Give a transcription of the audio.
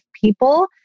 people